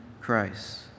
Christ